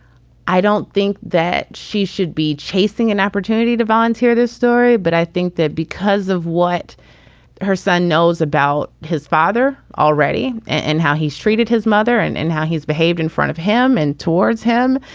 i don't think that she should be chasing an opportunity to volunteer this story, but i think that because of what her son knows about his father already and how he's treated his mother and and how he's behaved in front of him and towards him,